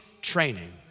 training